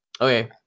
Okay